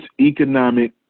economic